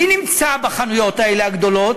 מי נמצא בחנויות האלה, הגדולות,